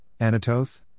Anatoth